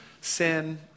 sin